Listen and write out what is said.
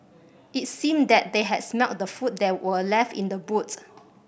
it seemed that they had smelt the food that were left in the boots